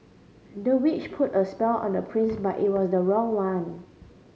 the witch put a spell on the prince but it was the wrong one